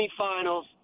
semifinals